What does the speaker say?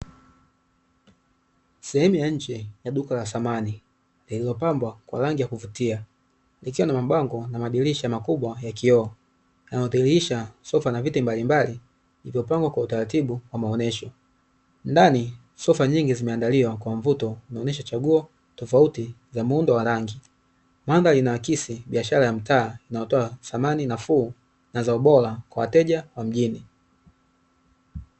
Sehemu ya nje ya duka la samani lililopambwa kwa rangi ya kuvutia, likiwa na mabango na madirisha makubwa ya kioo inayodhihirisha sofa na viti mbalimbali vilivyopangwa kwa utaratibu wa maonyesho, ndani sofa nyingi zimeandaliwa kwa mvuto zinaonyesha chaguo tofauti za muundo wa rangi; madhari inaakisi biashara ya mtaa inayotoa samani nafuu na za ubora kwa wateja wa mjini.